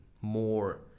more